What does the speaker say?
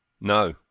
No